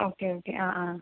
okay okay ആ ആ